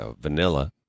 vanilla